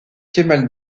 kemal